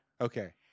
Okay